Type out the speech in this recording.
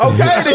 Okay